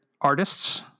artists